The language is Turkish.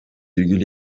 virgül